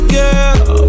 girl